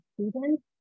students